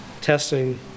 Testing